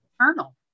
eternal